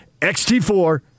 XT4